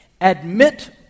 admit